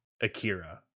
akira